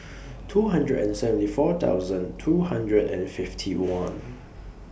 two hundred and seventy four thousand two hundred and fifty one